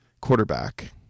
quarterback